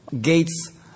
gates